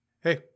Hey